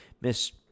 miss